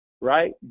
right